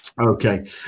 Okay